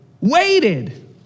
waited